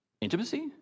intimacy